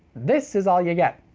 this is all you get.